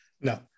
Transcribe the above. No